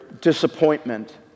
disappointment